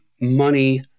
money